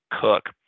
Cook